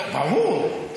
לא, ברור.